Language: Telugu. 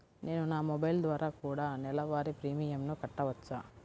నేను నా మొబైల్ ద్వారా కూడ నెల వారి ప్రీమియంను కట్టావచ్చా?